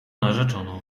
narzeczoną